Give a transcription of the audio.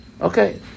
Okay